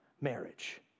marriage